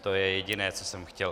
To je jediné, co jsem chtěl.